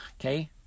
Okay